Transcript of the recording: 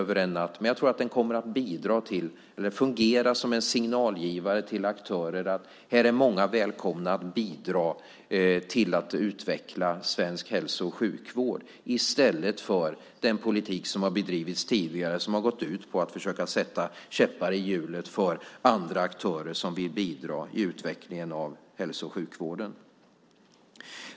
Däremot tror jag att den kommer att fungera som en signalgivare; den signalerar till aktörer att här är många välkomna att bidra till att utveckla svensk hälso och sjukvård i stället för den politik som tidigare bedrivits och som gått ut på att försöka sätta käppar i hjulet för andra aktörer som vill bidra i utvecklingen av hälso och sjukvården.